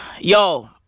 yo